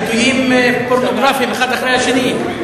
ביטויים פורנוגרפיים אחד אחרי השני.